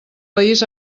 país